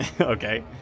Okay